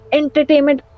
entertainment